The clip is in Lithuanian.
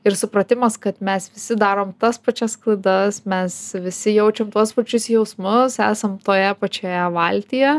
ir supratimas kad mes visi darom tas pačias klaidas mes visi jaučiam tuos pačius jausmus esam toje pačioje valtyje